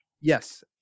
Yes